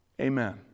amen